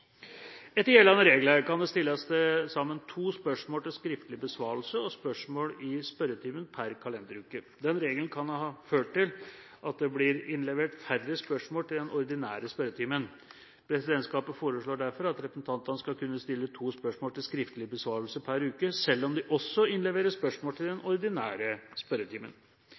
Etter gjeldende regler kan det stilles til sammen to spørsmål til skriftlig besvarelse og spørsmål i spørretimen per kalenderuke. Den regelen kan ha ført til at det blir innlevert færre spørsmål til den ordinære spørretimen. Presidentskapet foreslår derfor at representantene skal kunne stille to spørsmål til skriftlig besvarelse per uke, selv om de også innleverer spørsmål til den ordinære spørretimen.